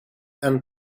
and